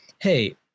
hey